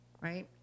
right